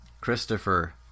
Christopher